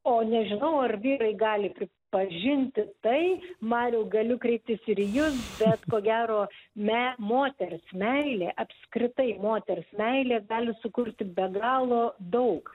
o nežinau ar vyrai gali kaip pripažinti tai mariau galiu kreiptis ir į jus ko gero me moters meilė apskritai moters meilė gali sukurti be galo daug